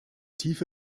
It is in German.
tiefe